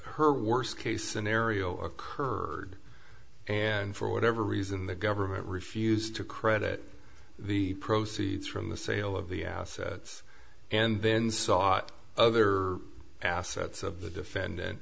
her worst case scenario occurred and for whatever reason the government refused to credit the proceeds from the sale of the assets and then sought other assets of the defendant